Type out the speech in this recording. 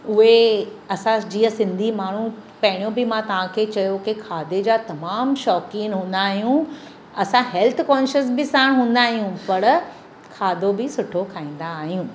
उहे असां जीअं सिंधी माण्हू पहिरियों बि मां तव्हांखे चयो की खाधे जा तमामु शौक़ीनि हूंदा आहियूं असां हेल्थ कोंशियस बि साण हूंदा आहियूं पर खाधो बि सुठो खाईंदा आहियूं